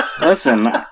Listen